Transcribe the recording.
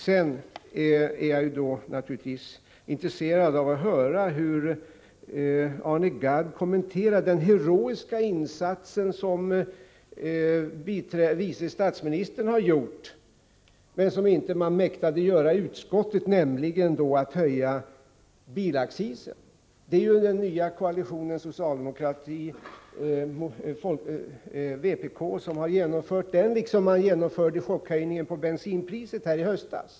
Sedan är jag naturligtvis intresserad av att höra hur Arne Gadd kommenterar den heroiska insats som vice statsministern har gjort men som man inte mäktade göra i utskottet, nämligen att höja bilaccisen. Det är ju den nya koalitionen socialdemokrati-vpk som genomför den, liksom man genomförde chockhöjningen på bensinpriset i höstas.